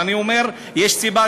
אבל אני אומר: יש סיבה,